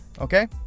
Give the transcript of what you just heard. okay